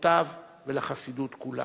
לבנותיו ולחסידות כולה.